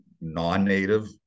non-native